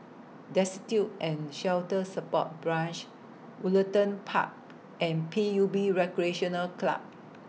Destitute and Shelter Support Branch Woollerton Park and P U B Recreational Club